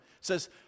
says